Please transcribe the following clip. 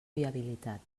viabilitat